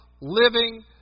living